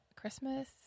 Christmas